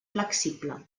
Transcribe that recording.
flexible